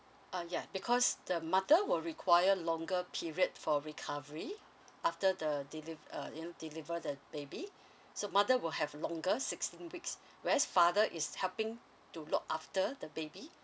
uh ya because the mother will require longer period for recovery after the deli~ uh ya deliver the baby so mother will have longer sixteen weeks where's father is helping to look after the baby